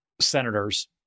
senators